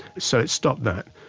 so it stopped that.